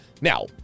Now